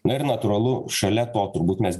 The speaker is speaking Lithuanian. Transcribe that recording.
na ir natūralu šalia to turbūt mes